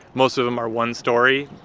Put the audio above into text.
most of them are one-story,